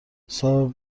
صاحب